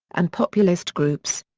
and populist groups.